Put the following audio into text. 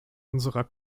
unserer